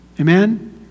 Amen